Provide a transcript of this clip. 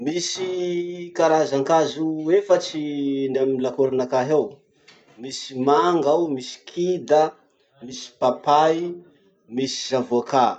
Misy karazan-kazo efatsy ny amy lakoron'akahy ao. Misy manga ao, misy kida, misy papay, misy zavoka.